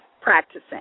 practicing